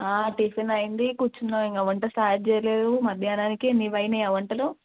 tiffin అయింది కూర్చున్నాం ఇంకా వంట స్టార్ట్ చేయలేదు మధ్యాహ్నానికి నీవి అయినాయా వంటలు